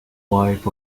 wife